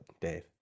Dave